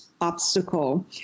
obstacle